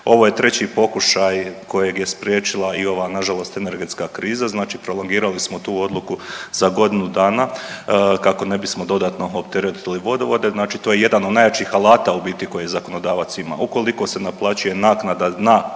Ovo je treći pokušaj kojeg je spriječila i ova, nažalost energetska kriza, znači prolongirali smo tu odluku za godinu dana, kako ne bismo dodatno opteretili vodovode, znači to je jedan od najjačih alata u biti koje zakonodavac ima. Ukoliko se naplaćuje naknada na